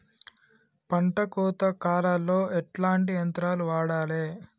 పంట కోత కాలాల్లో ఎట్లాంటి యంత్రాలు వాడాలే?